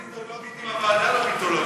איך מיתולוגית אם הוועדה לא מיתולוגית?